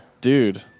Dude